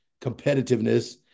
competitiveness